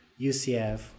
UCF